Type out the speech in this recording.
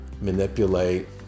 manipulate